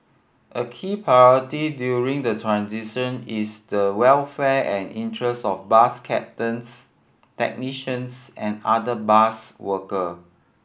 a key priority during the transition is the welfare and interest of bus captains technicians and other bus worker